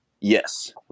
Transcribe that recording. yes